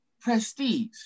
Prestige